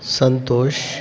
Santosh